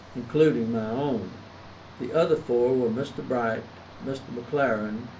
including my own the other four were mr. bright, mr. mclaren,